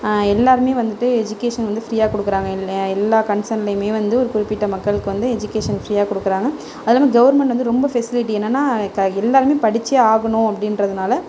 எல்லோருமே வந்துட்டு எஜிகேஷன் வந்து ஃப்ரீயாக கொடுக்குறாங்க இல்லை எல்லா கன்சென்லேயுமே வந்து ஒரு குறிப்பிட்ட மக்களுக்கு வந்து எஜிகேஷன் ஃப்ரீயாக கொடுக்குறாங்க அதுல்லாமா கவுர்மெண்ட்டு வந்து ரொம்ப ஃபிஸிலிட்டி என்னென்னா எல்லோருமே படிச்சே ஆகணும் அப்படின்றதுனால